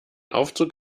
aufzug